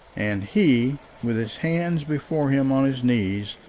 and he, with his hands before him on his knees,